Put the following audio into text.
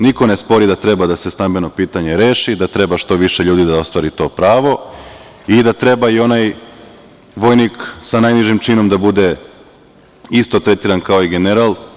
Niko ne spori da treba da se reši stambeno pitanje, da treba što više ljudi da ostvari to pravo i da treba i onaj vojnik sa najnižim činom da bude isto tretiran kao general.